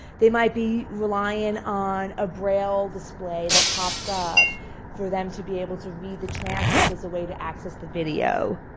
they might be reliant on a braille display that pops up for them to be able to read the transcript as away to access the video.